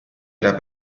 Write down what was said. era